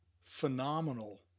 phenomenal